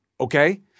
okay